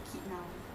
!wah!